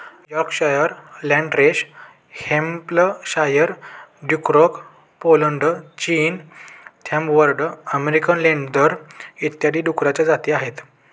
Yorkshire, Landrace Hampshire, Duroc Poland, चीन, Tamworth American Landrace इत्यादी डुकरांच्या जाती आहेत